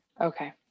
Okay